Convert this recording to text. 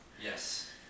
Yes